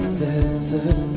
desert